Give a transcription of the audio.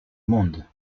monde